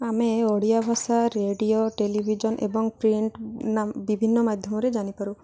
ଆମେ ଓଡ଼ିଆ ଭାଷା radio television ଏବଂ ପ୍ରିଣ୍ଟ ବିଭିନ୍ନ ମାଧ୍ୟମରେ ଜାଣିପାରୁ